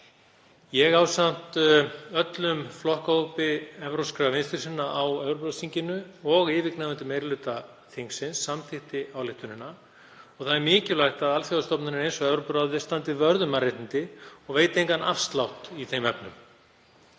Ég ásamt öllum flokkahópi evrópskra vinstri sinna á Evrópuráðsþinginu og yfirgnæfandi meiri hluta þingsins samþykkti ályktunina. Það er mikilvægt að alþjóðastofnanir eins og Evrópuráðið standi vörð um mannréttindi og veiti engan afslátt í þeim efnum.